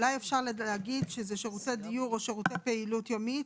אולי אפשר להגיד שזה שירותי דיור או שירותי פעילות יומית,